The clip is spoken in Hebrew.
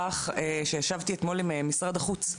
ישבתי אתמול עם משרד החוץ,